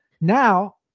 Now